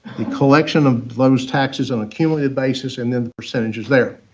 the collection of those taxes on a cumulative basis, and then the percentage is there.